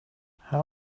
how